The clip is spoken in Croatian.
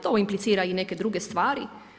To implicira i neke druge stvari.